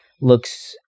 looks